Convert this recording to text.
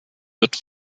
wird